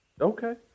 Okay